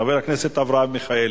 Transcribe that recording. חבר הכנסת אברהם מיכאלי,